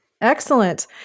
Excellent